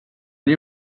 nie